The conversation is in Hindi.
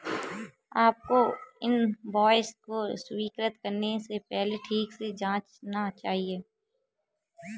आपको इनवॉइस को स्वीकृत करने से पहले ठीक से जांचना चाहिए